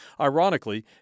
Ironically